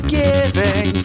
giving